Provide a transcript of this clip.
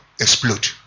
explode